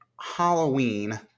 Halloween